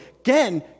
again